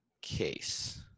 case